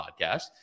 podcast